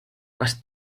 kas